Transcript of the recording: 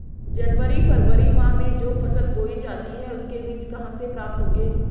जनवरी फरवरी माह में जो फसल बोई जाती है उसके बीज कहाँ से प्राप्त होंगे?